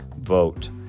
vote